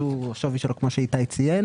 שהשווי שלו כמו שאיתי ציין.